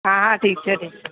હા હા ઠીક છે ઠીક છે